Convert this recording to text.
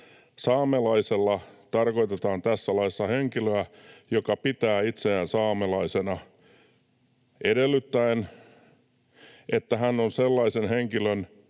”Saamelaisella tarkoitetaan tässä laissa henkilöä, joka pitää itseään saamelaisena, edellyttäen, että hän on sellaisen henkilön